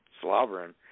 slobbering